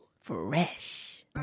fresh